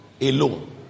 alone